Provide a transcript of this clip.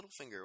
Littlefinger